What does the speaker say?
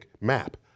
map